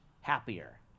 happier